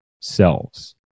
selves